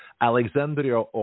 Alexandria